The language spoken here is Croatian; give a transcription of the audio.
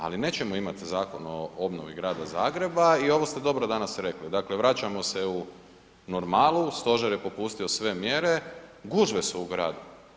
Ali, nećemo imati zakon o obnovi grada Zagreba i ovo ste dobro danas rekli, dakle vraćamo se u normalu, Stožer je popustio sve mjere, gužve su u gradu.